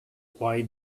why